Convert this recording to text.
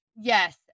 Yes